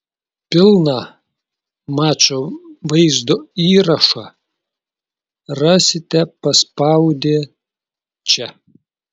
pilną mačo vaizdo įrašą rasite paspaudę čia